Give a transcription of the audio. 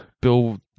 Bill